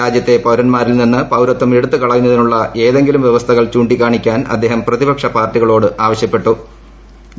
രാജ്യത്തെ പൌരൻമാരിൽ നിന്ന് പൌർത്തം എടുത്തു കളയുന്നതിനുള്ള ഏതെങ്കിലും വൃവസ്ഥകൾ ചൂണ്ടിക്കാണിക്കാൻ അദ്ദേഹം പ്രതിപക്ഷ പാർട്ടികളോട് പേരിൽ പാർട്ടികൾ ആവശ്യപ്പെട്ടു